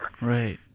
Right